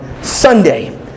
Sunday